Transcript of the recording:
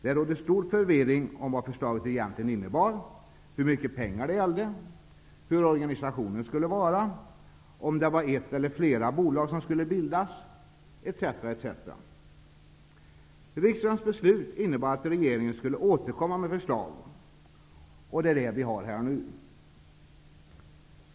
Det rådde stor förvirring om vad förslaget egentligen innebar, hur mycket pengar det gällde, hur organisationen skulle vara och om det var ett eller flera bolag som skulle bildas osv. Riksdagens beslut innebar att regeringen skulle återkomma med förslag. Det har vi här nu.